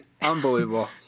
Unbelievable